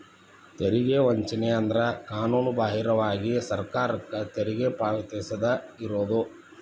ತೆರಿಗೆ ವಂಚನೆ ಅಂದ್ರ ಕಾನೂನುಬಾಹಿರವಾಗಿ ಸರ್ಕಾರಕ್ಕ ತೆರಿಗಿ ಪಾವತಿಸದ ಇರುದು